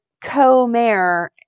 co-mayor